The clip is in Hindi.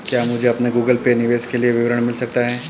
क्या मुझे अपने गूगल पे निवेश के लिए विवरण मिल सकता है?